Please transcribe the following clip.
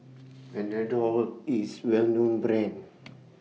Panadol IS A Well known Brand